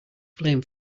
flame